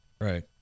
Right